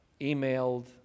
Emailed